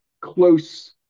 close